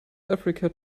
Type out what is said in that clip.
africa